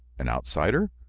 an outsider?